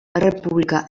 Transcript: errepublika